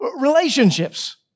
relationships